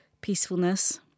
peacefulness